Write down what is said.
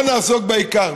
בואו נעסוק בעיקר.